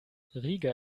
riga